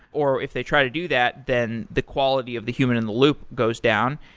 or if they try to do that, then the quality of the human in the loop goes down.